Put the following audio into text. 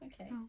okay